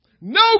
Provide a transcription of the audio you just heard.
No